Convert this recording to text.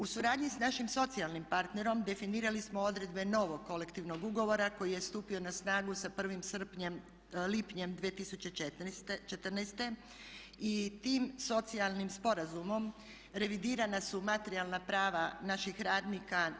U suradnji s našim socijalnim partnerom definirali smo odredbe novog kolektivnog ugovora koji je stupio na snagu sa 1. lipnjem 2014. i tim socijalnim sporazumom revidirana su materijalna prava naših radnika.